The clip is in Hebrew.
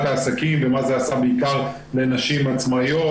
העסקים ומה זה עשה בעיקר לנשים עצמאיות,